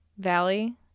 Valley